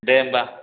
दे होनबा